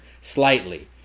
slightly